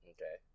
Okay